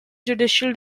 judicial